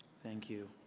thank you.